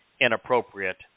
inappropriate